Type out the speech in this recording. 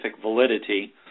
validity